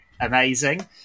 Amazing